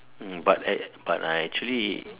hmm but I but I actually